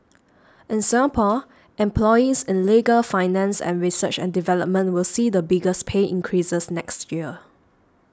in Singapore employees in legal finance and research and development will see the biggest pay increases next year